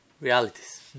realities